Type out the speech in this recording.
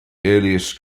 earliest